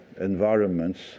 environments